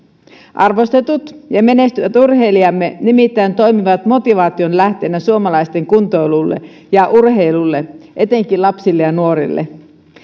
arvostetut ja menestyvät urheilijamme nimittäin toimivat motivaation lähteinä suomalaisten kuntoilulle ja urheilulle etenkin lapsille ja nuorille